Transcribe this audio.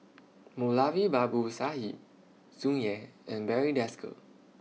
Moulavi Babu Sahib Tsung Yeh and Barry Desker